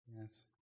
Yes